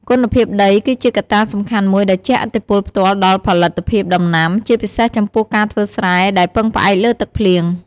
គុណភាពដី គឺជាកត្តាសំខាន់មួយដែលជះឥទ្ធិពលផ្ទាល់ដល់ផលិតភាពដំណាំ ជាពិសេសចំពោះការធ្វើស្រែដែលពឹងផ្អែកលើទឹកភ្លៀង។